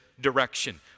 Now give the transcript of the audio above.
direction